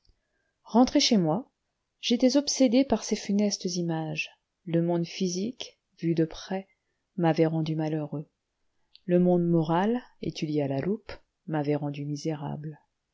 rentré chez moi j'étais obsédé par ces funestes images le monde physique vu de près m'avait rendu malheureux le monde moral étudié à la loupe m'avait rendu misérable